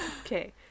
Okay